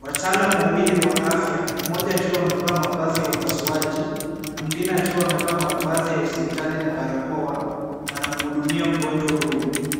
Wataalam wawili wa afya, mmoja akiwa amevaa mavazi ya upasuaji na mwingine akiwa amevaa mavazi ya hospitali na barakoa, wanamhudumia mgonjwa huyu.